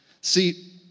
See